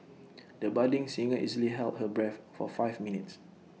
the budding singer easily held her breath for five minutes